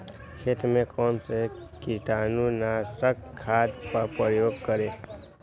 खेत में कौन से कीटाणु नाशक खाद का प्रयोग करें?